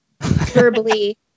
verbally